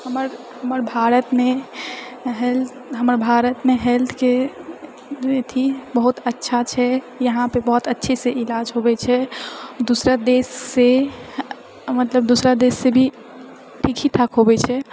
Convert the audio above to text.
हमर हमर भारतमे हेल्थ हमर भारतमे हेल्थके अथि बहुत अच्छा छै यहाँपे बहुत अच्छेसँ इलाज होवयत छै दोसरा देशसे मतलब दोसरा देशसँ भी ठीक ही ठाक होवयत छै